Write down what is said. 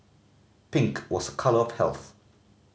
pink was a colour of health